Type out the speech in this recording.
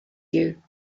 you